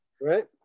Right